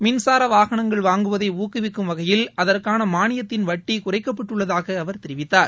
மின்சார வாகனங்கள் வாங்குவதை ஊக்குவிக்கும் வகையில் அதற்கான மானியத்தின் வட்டி குறைக்கப்பட்டுள்ளதாக அவர் தெரிவித்தார்